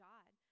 God